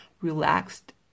relaxed